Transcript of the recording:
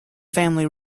family